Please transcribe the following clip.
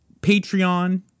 Patreon